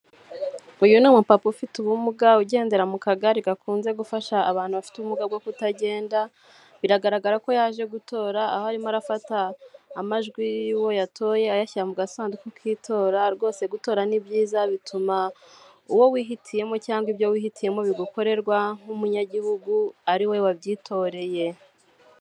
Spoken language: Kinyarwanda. Uyu ni umu papa ufite ubumuga ugendera mu kagare gakunze gufasha abantu bafite ubumuga bwo kutagenda, biragaragara ko yaje gutora aho arimo arafata amajwi y'uwo yatoye ayashya mu gasanduku k'itora rwose gutora ni ibyiza bituma uwo wihitiyemo cyangwa ibyo wihitiyemo bigukorerwa nk'umunyagihugu ari wowe wabyitoreye.